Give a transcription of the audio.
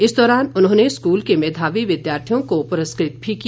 इस दौरान उन्होंने स्कूल के मेधावी विद्यार्थियों को पुरस्कृत भी किया